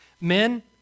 Men